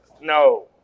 No